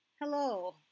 Hello